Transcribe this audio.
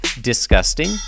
Disgusting